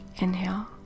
Inhale